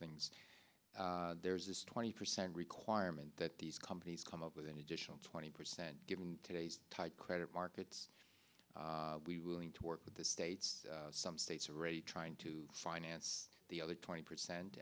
things there's a twenty percent requirement that these companies come up with an additional twenty percent given today's tight credit markets are we willing to work with the states some states are already trying to finance the other twenty percent